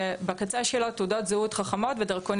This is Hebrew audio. כשבקצה שלו תעודות זהות חכמות ודרכונים